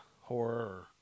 horror